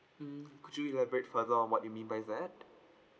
mm could you elaborate further on what you mean by that